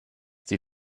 die